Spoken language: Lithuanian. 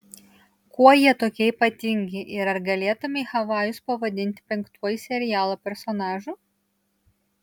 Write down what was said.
kuo jie tokie ypatingi ir ar galėtumei havajus pavadinti penktuoju serialo personažu